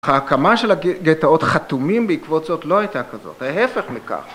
ההקמה של הגטאות חתומים בעקבות זאת לא הייתה כזאת, הפך מכך.